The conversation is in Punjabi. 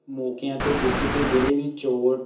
ਮੌਕਿਆਂ 'ਤੇ ਪੁੱਜ ਕੇ ਜਿਹੜੇ ਵੀ ਚੋਰ